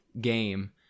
game